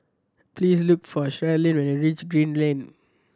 please look for Sharleen when you reach Green Lane